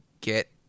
get